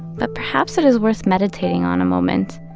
but perhaps it is worth meditating on a moment.